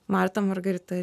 marta margarita